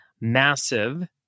massive